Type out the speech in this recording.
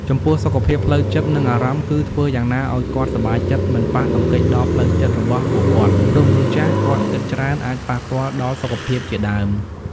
ចំពោះសុខភាពផ្លូវចិត្ត និងអារម្មណ៍គឺធ្វើយ៉ាងណាឲ្យគាត់សប្បាយចិត្តមិនប៉ះទង្គិចដល់ផ្លូវចិត្តរបស់ពួកគាត់ព្រោះមនុស្សចាសគាត់គិតច្រើនអាចប៉ះពាល់ដល់សុខភាពជាដើម។